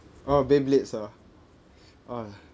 oh beyblades ah orh